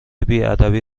بیادبی